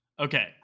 Okay